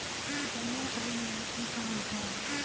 जमा आ निवेश में का अंतर ह?